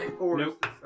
Nope